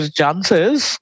chances